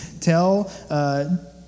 tell